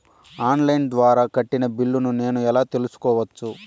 On line ద్వారా కట్టిన బిల్లును నేను ఎలా తెలుసుకోవచ్చు?